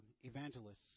evangelists